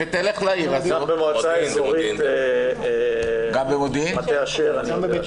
גם במועצה אזורית מטה אשר אני יודע שאין.